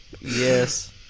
Yes